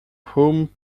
home